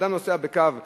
אדם נוסע בקו 1,